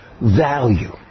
value